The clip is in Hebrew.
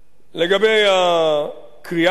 לגבי הקריאה שלך,